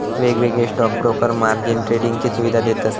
वेगवेगळे stock broker margin ट्रेडिंगची सुवीधा देतत